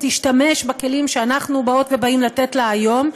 תשתמש בכלים שאנחנו באות ובאים לתת לה היום,